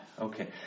Okay